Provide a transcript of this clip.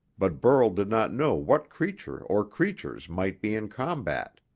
but burl did not know what creature or creatures might be in combat.